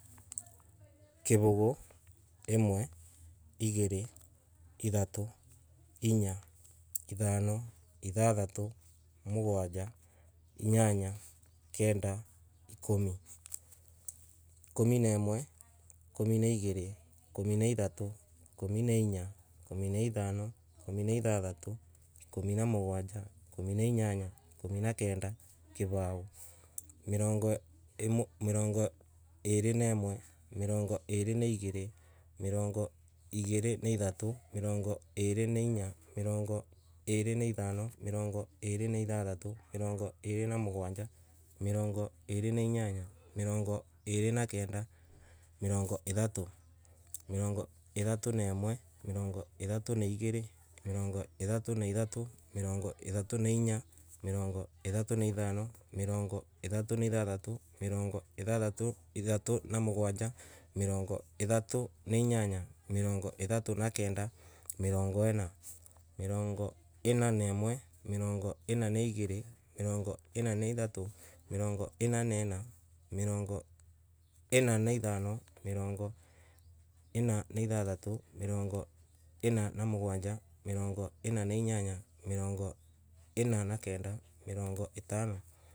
Kibugu, imwe. igiri. ithatu, inya, ithano, ithathatu, inyanya, kenda ikumi. Ikumi na imwe, ikumi na igiri, ikumi na ithatu, ikumi na inya, ikumi na ithano, ikumi na mugwanja, ikumi na inyanya, ikumi na kenda, kibao. Mirongo iri na imwe, mirongo iri na igiri, mirongo iri na ithatu. Mirongo iri na inya, mirongo iri na ithano, mirongo iri na ithathatu, mirongo iri na mugwanja, mirongo iri na inyanya, mirongo iri na kenda, mirongo ithatu. Mirongo ithatu na imwe, mirongo ithatu na igiri, mirongo ithatu na ithatu, mirongo ithatu na ithano, mirongo ithatu na ithathatu, mirongo ithatu na mugwanja, mirongo ithatu na inyanya, mirongo ithatu na kenda, mirongo ina. Mirongo ina na imwe, mirongo ina na igiri, mirongo ina na ithatu, mirongo ina na inya, mirongo ina na ithano, mirongo ina na iththatu, mirongo ina na mugwanja, mirongo ina na inyanya, mirongo ina na kenda. Mirongo itano.